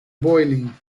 boiling